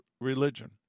religion